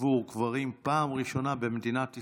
עבור גברים, פעם ראשונה במדינת ישראל,